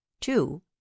two